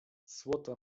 złota